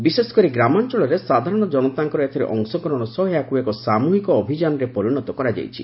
ବିଶେଷକରି ଗ୍ରାମାଞ୍ଚଳରେ ସାଧାରଣ ଜନତାଙ୍କର ଏଥିରେ ଅଂଶଗ୍ରହଣ ସହ ଏହାକୁ ଏକ ସାମ୍ଭହିକ ଅଭିଯାନରେ ପରିଣତ କରାଯାଇପାରିଛି